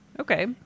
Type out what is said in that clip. Okay